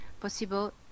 possible